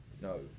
no